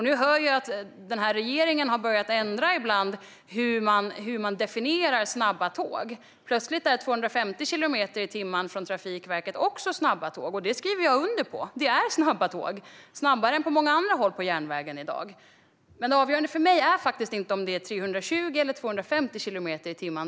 Nu hör jag att den här regeringen har börjat ändra hur man definierar snabba tåg. Plötsligt är 250 kilometer i timmen också snabbt, enligt Trafikverket. Det skriver jag under på - det är snabba tåg, snabbare än många andra på järnvägen i dag. Men det avgörande för mig är faktiskt inte 320 eller 250 kilometer i timmen.